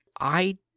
I